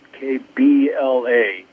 KBLA